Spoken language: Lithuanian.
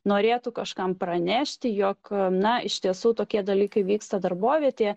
norėtų kažkam pranešti jog na iš tiesų tokie dalykai vyksta darbovietėje